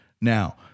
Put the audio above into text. Now